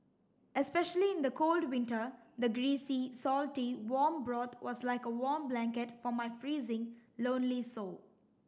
especially in the cold winter the greasy salty warm broth was like a warm blanket for my freezing lonely soul